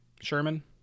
Sherman